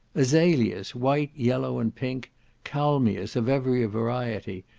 azalias, white, yellow, and pink kalmias of every variety,